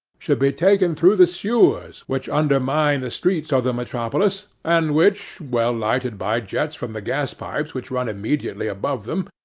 should be taken through the sewers which undermine the streets of the metropolis, and which, well lighted by jets from the gas pipes which run immediately above them,